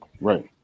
Right